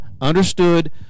Understood